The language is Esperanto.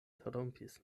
trompis